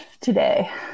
today